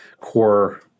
core